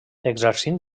exercint